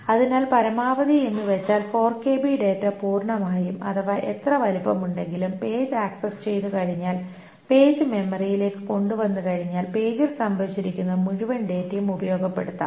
അതിനാൽ പരമാവധി എന്നുവച്ചാൽ 4KB ഡാറ്റ പൂർണമായും അഥവാ എത്ര വലിപ്പമുണ്ടെങ്കിലും പേജ് ആക്സസ് ചെയ്തുകഴിഞ്ഞാൽ പേജ് മെമ്മറിയിലേക്ക് കൊണ്ടുവന്നുകഴിഞ്ഞാൽ പേജിൽ സംഭരിച്ചിരിക്കുന്ന മുഴുവൻ ഡാറ്റയും ഉപയോഗപ്പെടുത്താം